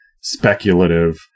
speculative